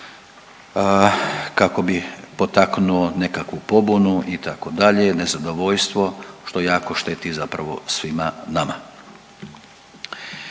kako bi potaknuo nekakvu pobunu itd., nezadovoljstvo što jako šteti zapravo svima nama.